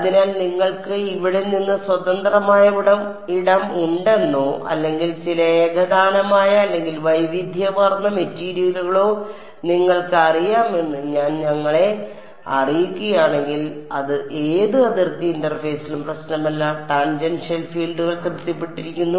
അതിനാൽ നിങ്ങൾക്ക് ഇവിടെ നിന്ന് സ്വതന്ത്രമായ ഇടം ഉണ്ടെന്നോ അല്ലെങ്കിൽ ചില ഏകതാനമായ അല്ലെങ്കിൽ വൈവിധ്യമാർന്ന മെറ്റീരിയലുകളോ നിങ്ങൾക്ക് അറിയാമെന്ന് ഞാൻ ഞങ്ങളെ അറിയിക്കുകയാണെങ്കിൽ അത് ഏത് അതിർത്തി ഇന്റർഫേസിലും പ്രശ്നമല്ല ടാൻജെൻഷ്യൽ ഫീൽഡുകൾ തൃപ്തിപ്പെട്ടിരിക്കുന്നു